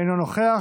אינו נוכח.